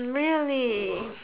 really